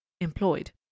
employed